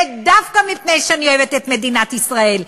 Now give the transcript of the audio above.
ודווקא מפני שאני אוהבת את מדינת ישראל,